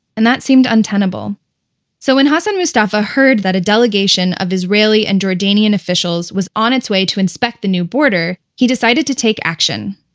and that seemed untenable so when hassan mustafa heard that a delegation of israeli and jordanian officials was on its way to inspect the new border, he decided to take action.